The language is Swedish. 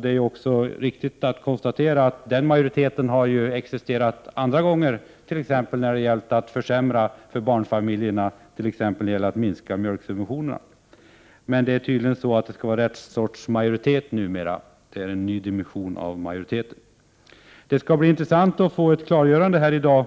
Det är också riktigt att konstatera att den majoriteten har existerat andra gånger, t.ex. när det har gällt att försämra för barnfamiljerna genom att minska mjölksubventionerna. Men det skall tydligen vara rätt sorts majoritet numera — det ger majoriteten en ny dimension. Det skall bli intressant att få ett klargörande